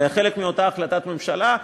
זה היה חלק מאותה החלטת ממשלה,